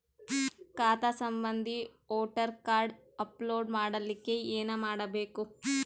ಖಾತಾ ಸಂಬಂಧಿ voter card upload ಮಾಡಲಿಕ್ಕೆ ಏನ ಮಾಡಬೇಕು?